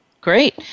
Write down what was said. Great